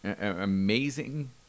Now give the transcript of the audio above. amazing